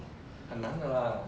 很难的 lah